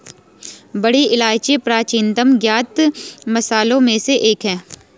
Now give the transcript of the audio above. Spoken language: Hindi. बड़ी इलायची प्राचीनतम ज्ञात मसालों में से एक है